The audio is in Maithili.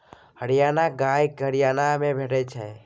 हरियाणा गाय हरियाणा मे भेटै छै